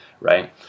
right